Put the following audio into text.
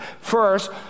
First